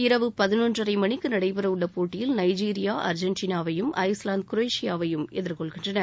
இரவு பதினொன்றரை மணிக்கு நடைபெற உள்ள போட்டியில் நைஜீரியா அர்ஜென்டினாவையும் ஐஸ்லாந்து குரேஷியாவையும் எதிர்கொள்கின்றன